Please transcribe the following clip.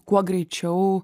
kuo greičiau